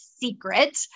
secret